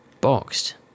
Boxed